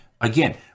again